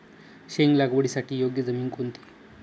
शेंग लागवडीसाठी योग्य जमीन कोणती?